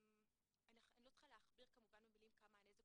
אני לא צריכה להכביר במובן במילים כמה הנזק